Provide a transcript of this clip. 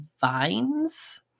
vines